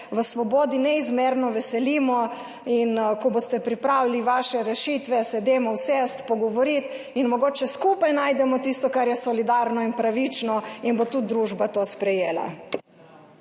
v Svobodi neizmerno veselimo in ko boste pripravili vaše rešitve, se usedimo, pogovorimo in mogoče bomo skupaj našli tisto, kar je solidarno in pravično in bo tudi družba to sprejela.